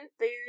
food